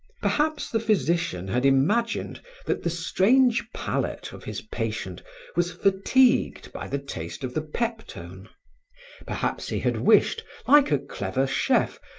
perhaps the physician had imagined that the strange palate of his patient was fatigued by the taste of the peptone perhaps he had wished, like a clever chef,